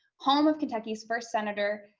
home of kentucky's first senator,